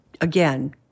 again